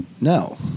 no